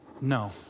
No